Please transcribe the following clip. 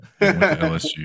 LSU